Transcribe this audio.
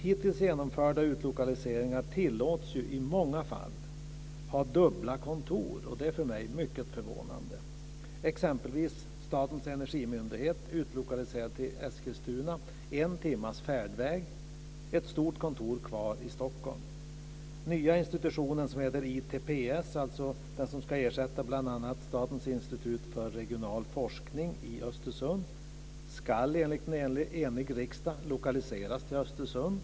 Hittills genomförda utlokaliseringar tillåts i många fall ha dubbla kontor. Det är för mig mycket förvånande. Exempelvis så är Statens energimyndighet utlokaliserad till Eskilstuna. Dit är det en timmes färdväg, men ett stort kontor finns kvar i Stockholm. Den nya institution som heter ITPS, dvs. den som ska ersätta bl.a. Statens institut för regional forskning, finns i Östersund. Den ska enligt en enig riksdag lokaliseras till Östersund.